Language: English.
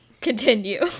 Continue